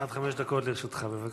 עד חמש דקות לרשותך, בבקשה.